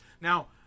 Now